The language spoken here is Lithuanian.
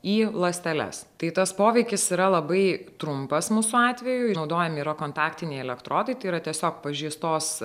į ląsteles tai tas poveikis yra labai trumpas mūsų atveju naudojami yra kontaktiniai elektrodai tai yra tiesiog pažeistos